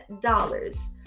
dollars